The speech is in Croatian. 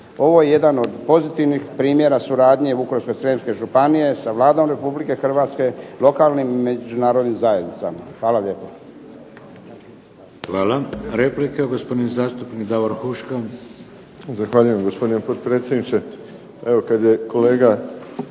Ovo je jedan od pozitivnih primjera suradnje Vukovarsko-srijemske suradnje sa Vladom Republike Hrvatske, lokalnim i međunarodnim zajednicama. Hvala lijepo. **Šeks, Vladimir (HDZ)** Hvala. Replika, gospodin zastupnik Davor Huška. **Huška, Davor (HDZ)** Zahvaljujem gospodine potpredsjedniče. Evo kad je kolega